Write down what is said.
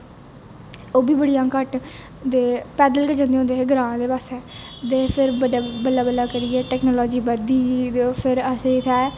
ओह्बी बडियां घट्ट दे पैदल गै जंदे है ग्रां दे पास्से दे फिर बल्लें बल्लें करियै टेक्नोलाॅजी बधदी गेई दे फिर असें इत्थै